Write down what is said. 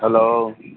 hello